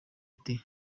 ati